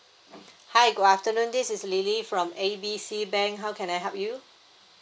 hi good afternoon this is lily from A B C bank how can I help you